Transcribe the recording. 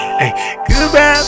goodbye